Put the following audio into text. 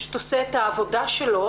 פשוט עושה את העבודה שלו,